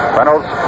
Reynolds